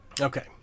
Okay